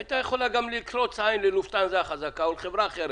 היא היתה יכולה גם לקרוץ עין ללופטהנזה החזקה או לחברה אחרת,